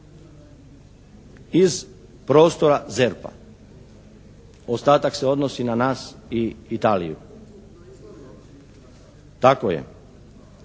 iz prostora ZERP-a. Ostatak se odnosi na nas i Italiju. Tako je.